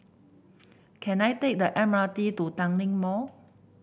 can I take the M R T to Tanglin Mall